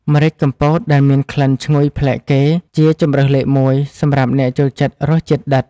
ម្រេចកំពតដែលមានក្លិនឈ្ងុយប្លែកគេ ជាជម្រើសលេខមួយសម្រាប់អ្នកចូលចិត្តរសជាតិដិត។